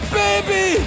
baby